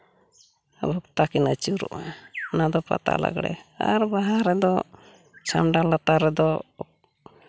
ᱵᱷᱚᱠᱛᱟ ᱠᱤᱱ ᱟᱹᱪᱩᱨᱚᱜᱼᱟ ᱚᱱᱟ ᱫᱚ ᱯᱟᱛᱟ ᱞᱟᱜᱽᱬᱮ ᱟᱨ ᱵᱟᱦᱟ ᱨᱮᱫᱚ ᱪᱷᱟᱢᱰᱟ ᱞᱟᱛᱟᱨ ᱨᱮᱫᱚ